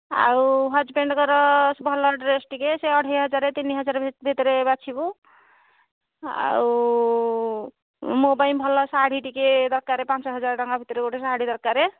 ଆଉ ହଜବେଣ୍ଡ୍ଙ୍କର ଭଲ ଡ୍ରେସ୍ ଟିକିଏ ସେ ଅଢ଼େଇ ହଜାର ତିନି ହଜାର ଭିତରେ ବାଛିବୁ ଆଉ ମୋ ପାଇଁ ଭଲ ଶାଢ଼ୀ ଟିକିଏ ଦରକାର ପାଞ୍ଚ ହଜାର ଟଙ୍କା ଭିତରେ ଗୋଟେ ଶାଢ଼ୀ ଦରକାର